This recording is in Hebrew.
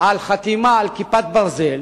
על חתימה על "כיפת ברזל",